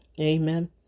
Amen